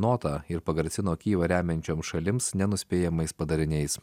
notą ir pagrasino kyjivą remiančioms šalims nenuspėjamais padariniais